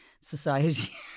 society